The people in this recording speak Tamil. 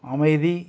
அமைதி